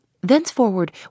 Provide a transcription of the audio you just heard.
Thenceforward